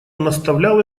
наставлял